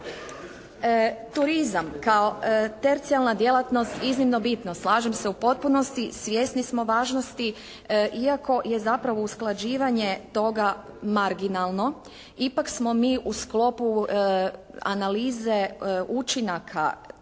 Turizam kao tercijalna djelatnost iznimno bitno, slažem se u potpunosti, svjesni smo važnosti iako je zapravo usklađivanje toga marginalno, ipak smo mi u sklopu analize učinaka članstva